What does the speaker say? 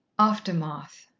aftermath